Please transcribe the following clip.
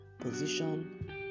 position